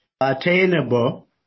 attainable